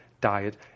diet